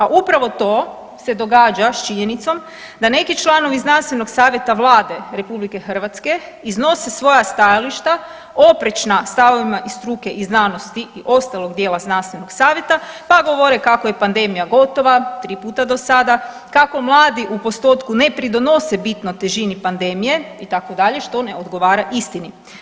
A upravo to se događa s činjenicom da neki članovi znanstvenog savjeta Vlade RH iznose svoja stajališta oprečna stavovima i struke i znanosti i ostalog dijela znanstvenog savjeta pa govore kako je pandemija gotova 3 puta do sada, kako mladi u postotku ne pridonose bitno težini pandemije itd., što ne odgovara istini.